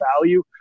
value